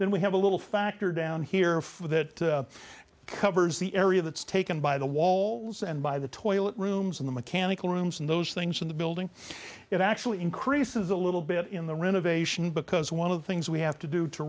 then we have a little factor down here for that covers the area that's taken by the walls and by the toilet rooms in the mechanical rooms and those things in the building it actually increases a little bit in the renovation because one of the things we have to do to